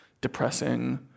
depressing